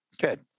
Good